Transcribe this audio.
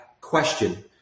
question